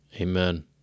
Amen